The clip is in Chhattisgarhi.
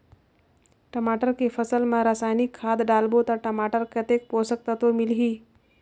टमाटर के फसल मा रसायनिक खाद डालबो ता टमाटर कतेक पोषक तत्व मिलही?